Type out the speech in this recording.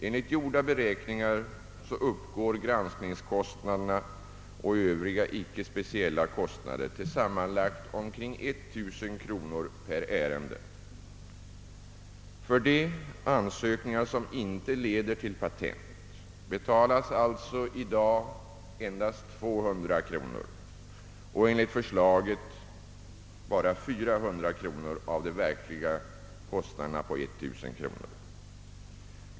Enligt gjorda beräkningar uppgår granskningskostnaderna och övriga icke speciella kostnader till sammanmlagt omkring 1000 kronor per ärende. För de ansökningar som inte leder till patent betalas alltså i dag endast 200 kronor och enligt förslaget bara 400 kronor av de verkliga kostnaderna på 1000 kronor.